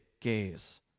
gaze